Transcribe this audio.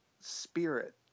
spirit